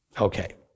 Okay